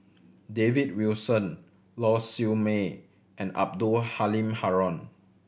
David Wilson Lau Siew Mei and Abdul Halim Haron